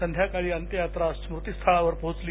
संध्याकाळी अंत्ययात्रा स्मृतीस्थळावर पोहोचली